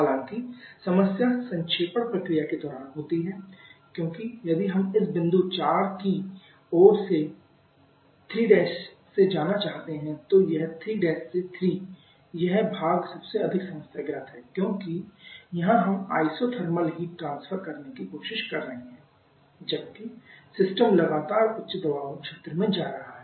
हालाँकि समस्या संक्षेपण प्रक्रिया के दौरान होती है क्योंकि यदि हम इस बिंदु 4 की ओर 3 से जाना चाहते हैं तो यह 3 से 3 यह भाग सबसे अधिक समस्याग्रस्त है क्योंकि यहाँ हम isothermal हीट ट्रांसफर करने की कोशिश कर रहे हैं जबकि सिस्टम लगातार उच्च दबाव क्षेत्र में जा रहा है